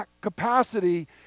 capacity